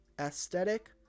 aesthetic